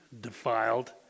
defiled